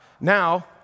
Now